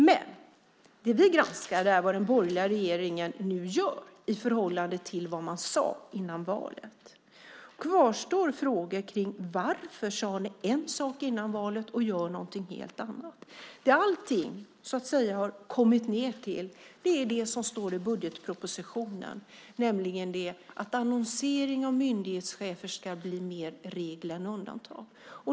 Men det vi granskar är vad den borgerliga regeringen nu gör i förhållande till vad man sade före valet. Då kvarstår frågan: Varför sade ni en sak före valet när ni nu gör något helt annat? I grund och botten handlar det om det som står i budgetpropositionen om att annonsering av myndighetschefers tjänster ska bli mer regel än undantag.